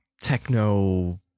techno